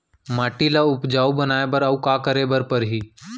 माटी ल उपजाऊ बनाए बर अऊ का करे बर परही?